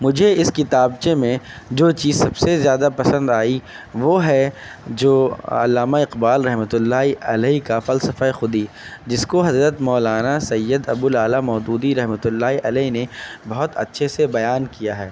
مجھے اس کتابچے میں جو چیز سب سے زیادہ پسند آئی وہ ہے جو علامہ اقبال رحمتہ اللہ علیہ کا فلسفہ خودی جس کو حضرت مولانا سید ابولااعلیٰ مودودی رحمتہ اللہ علیہ نے بہت اچھے سے بیان کیا ہے